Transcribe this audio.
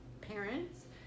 parents